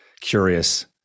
curious